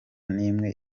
n’imwe